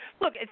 look